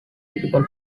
typical